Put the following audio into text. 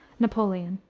napoleon.